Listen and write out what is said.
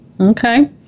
Okay